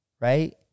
Right